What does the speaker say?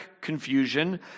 confusion